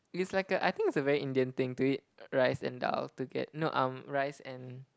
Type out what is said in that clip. is like a I think it's a very Indian thing to eat rice and dahl toget~ no um rice and